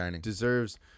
deserves